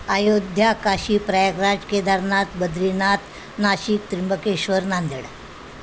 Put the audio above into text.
Ayodhya Kashi Prayagraj Kedarnath Badrinath Nashik Trimbakeshwar Nanded